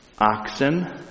oxen